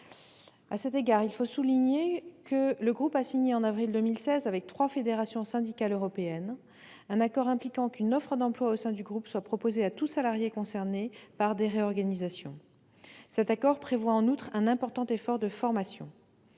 À cet égard, il faut signaler que le groupe a signé en avril 2016, avec trois fédérations syndicales européennes, un accord impliquant qu'une offre d'emploi au sein du groupe soit proposée à tout salarié concerné par des réorganisations. Cet accord prévoit, en outre, un important effort de formation.